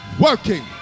working